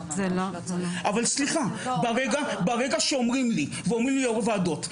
ואז אומר לי יו"ר הוועדה,